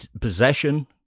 possession